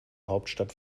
hauptstadt